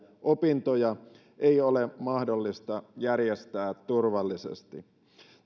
opintoja ei ole mahdollista järjestää turvallisesti